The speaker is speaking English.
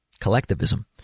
collectivism